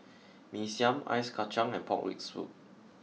Mee Siam ice Kachang and pork rib soup